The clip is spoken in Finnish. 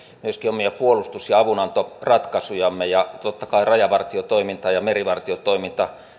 myöskin omia puolustus ja avunantoratkaisujamme ja totta kai rajavartiotoiminnalla ja merivartiotoiminnalla